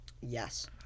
Yes